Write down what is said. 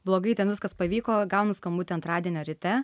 blogai ten viskas pavyko gaunu skambutį antradienio ryte